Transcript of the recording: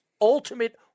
ultimate